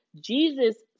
Jesus